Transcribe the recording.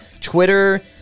Twitter